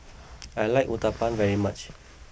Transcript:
I like Uthapam very much